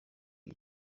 ibi